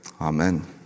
Amen